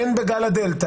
הן מאשר בגל הדלתא.